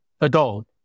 adult